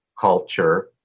culture